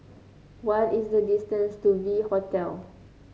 what is the distance to V Hotel